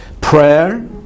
Prayer